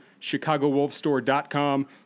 chicagowolfstore.com